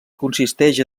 consisteix